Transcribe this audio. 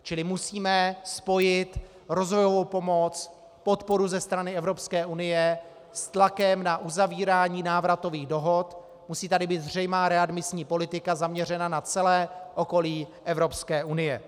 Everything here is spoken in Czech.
Čili musíme spojit rozvojovou pomoc, podporu ze strany Evropské unie s tlakem na uzavírání návratových dohod, musí tu být zřejmá readmisní politika zaměřená na celé okolí Evropské unie.